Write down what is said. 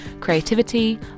creativity